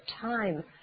time